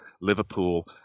Liverpool